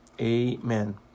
amen